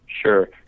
Sure